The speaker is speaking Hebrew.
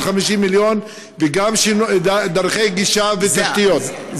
750 מיליון, וגם שינוי דרכי גישה ותשתיות.